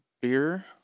beer